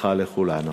בהצלחה לכולנו.